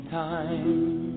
time